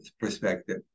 perspective